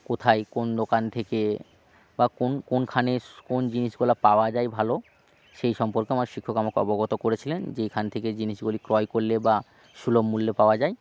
কোথায় কোন দোকান থেকে বা কোন কোনখানে কোন জিনিসগুলা পাওয়া যায় ভালো সেই সম্পর্কে আমার শিক্ষক আমাকে অবগত করেছিলেন যে এখান থেকে জিনিসগুলি ক্রয় কোল্লে বা সুলভ মূল্যে পাওয়া যায়